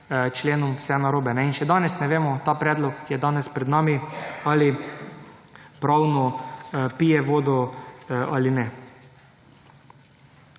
členom vse narobe. In še danes ne vemo ta predlog, ki je danes pred nami, ali pravno pije vodo ali ne.